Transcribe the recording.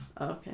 Okay